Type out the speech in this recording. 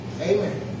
Amen